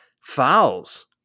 Fouls